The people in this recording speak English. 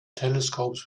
telescopes